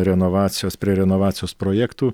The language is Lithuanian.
renovacijos prie renovacijos projektų